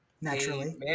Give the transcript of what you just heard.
Naturally